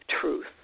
truth